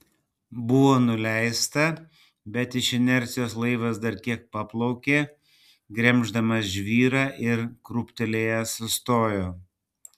buvo nuleista bet iš inercijos laivas dar kiek paplaukė gremždamas žvyrą ir krūptelėjęs sustojo